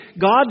God